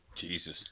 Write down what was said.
Jesus